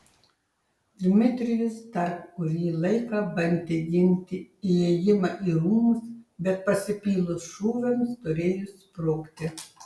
dmitrijus dar kurį laiką bandė ginti įėjimą į rūmus bet pasipylus šūviams turėjo sprukti